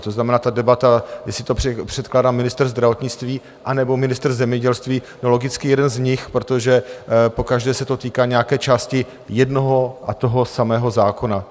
To znamená, ta debata, jestli to předkládá ministr zdravotnictví, nebo ministr zemědělství no logicky jeden z nich, protože pokaždé se to týká nějaké části jednoho a toho samého zákona.